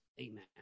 Amen